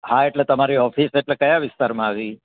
હા એટલે તમારી ઓફિસ એટલે કયા વિસ્તારમાં આવી